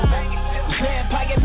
Vampire